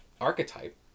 archetype